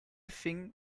fing